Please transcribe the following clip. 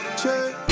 check